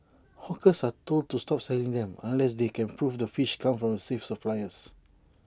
hawkers are told to stop selling them unless they can prove the fish comes from safe suppliers